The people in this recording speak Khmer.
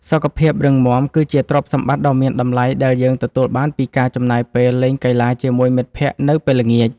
សុខភាពរឹងមាំ គឺជាទ្រព្យសម្បត្តិដ៏មានតម្លៃដែលយើងទទួលបានពីការចំណាយពេលលេងកីឡាជាមួយមិត្តភក្តិនៅពេលល្ងាច។